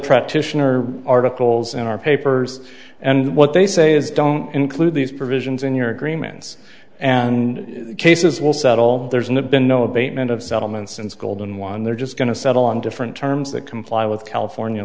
practitioner articles in our papers and what they say is don't include these provisions in your agreements and the cases will settle there's not been no abatement of settlements since golden one they're just going to settle on different terms that comply with california